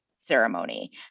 ceremony